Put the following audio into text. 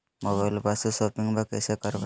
मोबाइलबा से शोपिंग्बा कैसे करबै?